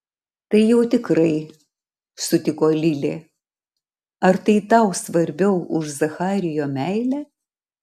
tai jau tikrai sutiko lilė ar tai tau svarbiau už zacharijo meilę